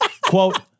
Quote